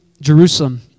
Jerusalem